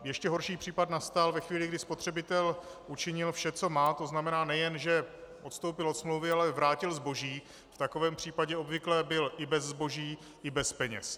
Ještě horší případ nastal ve chvíli, kdy spotřebitel učinil vše, co má, to znamená nejen že odstoupil od smlouvy, ale i vrátil zboží, v takovém případě obvykle byl i bez zboží i bez peněz.